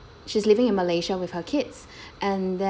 she's living in malaysia with her kids and then